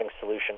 solution